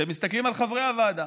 אתם מסתכלים על חברי הוועדה.